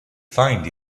find